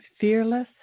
fearless